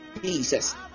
jesus